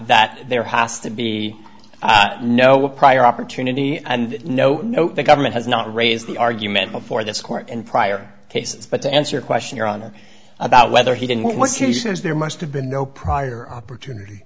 that there has to be no prior opportunity and no no the government has not raised the argument before this court and prior cases but to answer a question your honor about whether he did what he says there must have been no prior opportunity